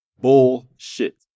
Bullshit